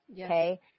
Okay